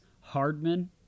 Hardman